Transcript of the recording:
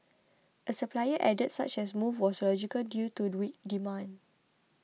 a supplier added such as move was logical due to weak demand